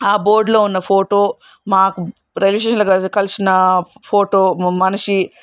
ఆ బోర్డులో ఉన్న ఫోటో మాకు రైల్వే స్టేషన్లో కలిసిన ఫోటో మనిషి